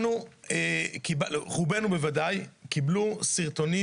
רובנו בוודאי קיבלו סרטונים,